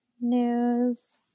news